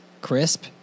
crisp